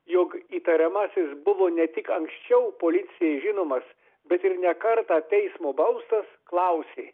jog įtariamasis buvo ne tik anksčiau policijai žinomas bet ir ne kartą teismo baustas klausė